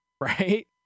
right